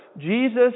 Jesus